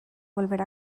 volver